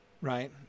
right